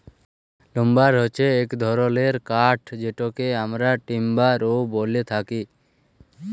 lumber হচ্যে এক ধরলের কাঠ যেটকে আমরা টিম্বার ও ব্যলে থাকি